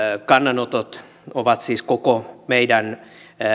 kannanotot ovat siis koko meidän